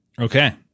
okay